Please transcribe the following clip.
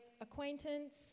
acquaintance